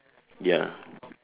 ya